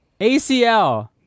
ACL